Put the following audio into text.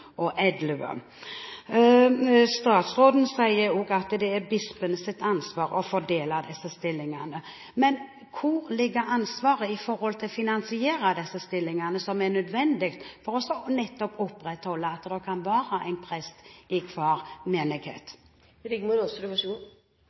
og en halv nye stillinger i 2011. Statsråden sier også at det er bispenes ansvar å fordele disse stillingene. Men hvor ligger ansvaret for å finansiere disse stillingene, som er nødvendig for nettopp å opprettholde at det kan være en prest i hver menighet?